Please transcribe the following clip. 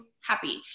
happy